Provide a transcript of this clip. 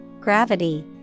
gravity